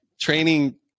training